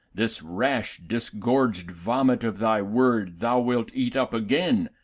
this rash disgorged vomit of thy word thou wilt eat up again,